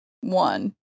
one